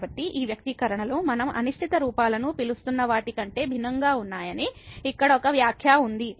కాబట్టి ఈ వ్యక్తీకరణలు మనం అనిశ్చిత రూపాలను పిలుస్తున్న వాటి కంటే భిన్నంగా ఉన్నాయని ఇక్కడ ఒక వ్యాఖ్య ఉంది